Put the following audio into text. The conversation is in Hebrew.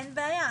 אין בעיה,